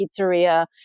pizzeria